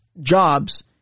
jobs